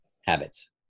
habits